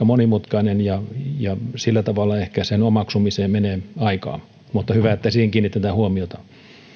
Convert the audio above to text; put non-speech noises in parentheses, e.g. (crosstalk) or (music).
(unintelligible) monimutkainen ja ja sillä tavalla ehkä sen omaksumiseen menee aikaa mutta hyvä että siihen kiinnitetään huomiota